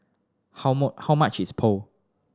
how much is Pho